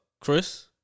Chris